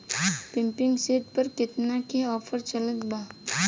Pumping set पर केतना के ऑफर चलत बा?